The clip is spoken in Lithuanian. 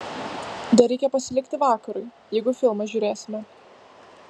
dar reikia pasilikti vakarui jeigu filmą žiūrėsime